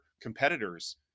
competitors